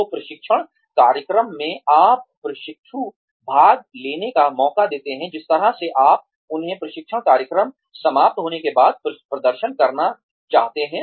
तो प्रशिक्षण कार्यक्रम में आप प्रशिक्षु भाग लेने का मौका देते हैं जिस तरह सेआप उन्हें प्रशिक्षण कार्यक्रम समाप्त होने के बाद प्रदर्शन करना चाहते हैं